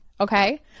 okay